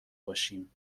باشیم